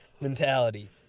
mentality